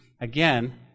again